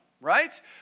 right